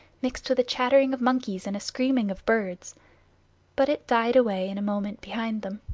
mixed with a chattering of monkeys and a screaming of birds but it died away in a moment behind them.